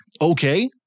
Okay